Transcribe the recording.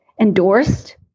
endorsed